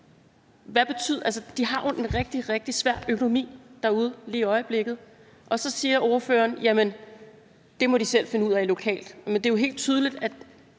de har jo en rigtig, rigtig svær økonomi derude lige i øjeblikket, og så siger ordføreren, at det må de selv finde ud af lokalt. Men det er jo helt tydeligt, at